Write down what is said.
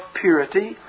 purity